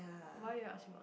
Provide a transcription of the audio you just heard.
why you ask me about